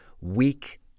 weak